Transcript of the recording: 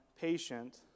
patient